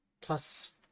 plus